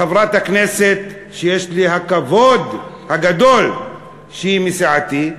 חברת הכנסת שיש לי הכבוד הגדול שהיא מסיעתי,